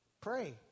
Pray